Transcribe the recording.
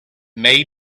may